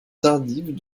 tardive